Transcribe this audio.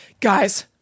guys